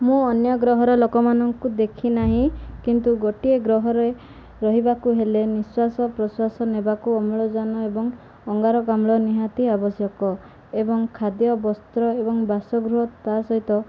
ମୁଁ ଅନ୍ୟ ଗ୍ରହର ଲୋକମାନଙ୍କୁ ଦେଖିନାହିଁ କିନ୍ତୁ ଗୋଟିଏ ଗ୍ରହରେ ରହିବାକୁ ହେଲେ ନିଶ୍ଵାସ ପ୍ରଶ୍ଵାସ ନେବାକୁ ଅମ୍ଳଜାନ ଏବଂ ଅଙ୍ଗାରକାମ୍ଳ ନିହାତି ଆବଶ୍ୟକ ଏବଂ ଖାଦ୍ୟ ବସ୍ତ୍ର ଏବଂ ବାସଗୃହ ତା ସହିତ